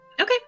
Okay